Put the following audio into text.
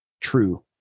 True